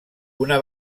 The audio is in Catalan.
una